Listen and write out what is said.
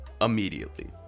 immediately